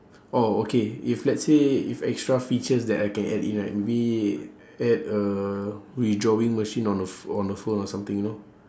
oh okay if let's say if extra features that I can add in right maybe add a withdrawing machine on a ph~ on the phone or something you know like